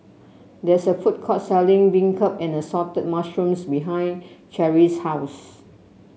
there is a food court selling beancurd and Assorted Mushrooms behind Cherri's house